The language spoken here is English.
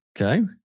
Okay